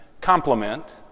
complement